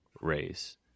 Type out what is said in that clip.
race